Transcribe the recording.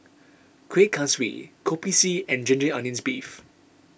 Kuih Kaswi Kopi C and Ginger Onions Beef